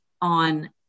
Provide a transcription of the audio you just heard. on